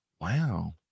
Wow